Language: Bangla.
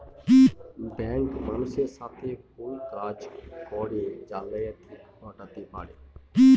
ব্যাঙ্ক মানুষের সাথে ভুল কাজ করে জালিয়াতি ঘটাতে পারে